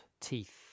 teeth